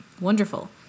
wonderful